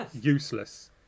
useless